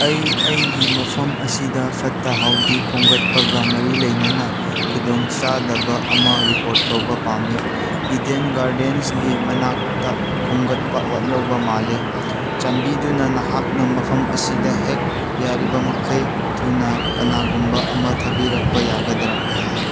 ꯑꯩ ꯑꯩꯒꯤ ꯃꯐꯝ ꯑꯁꯤꯗ ꯐꯠꯇ ꯍꯧꯗꯤ ꯈꯣꯝꯒꯠꯄꯒ ꯃꯔꯤ ꯂꯩꯅꯅ ꯈꯨꯗꯣꯡ ꯆꯥꯗꯕ ꯑꯃ ꯔꯤꯄꯣꯔꯠ ꯇꯧꯕ ꯄꯥꯝꯃꯤ ꯏꯗꯦꯟ ꯒꯥꯔꯗꯦꯟꯁꯒꯤ ꯃꯅꯥꯛꯇ ꯈꯣꯝꯒꯠꯄ ꯋꯥꯠꯍꯧꯕ ꯃꯥꯜꯂꯦ ꯆꯥꯟꯕꯤꯗꯨꯅ ꯅꯍꯥꯛꯅ ꯃꯐꯝ ꯑꯁꯤꯗ ꯍꯦꯛ ꯌꯥꯔꯤꯕ ꯃꯈꯩ ꯊꯨꯅ ꯀꯅꯥꯒꯨꯝꯕ ꯑꯃ ꯊꯥꯕꯤꯔꯛꯄ ꯌꯥꯒꯗ꯭ꯔ